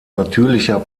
natürlicher